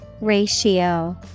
Ratio